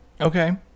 Okay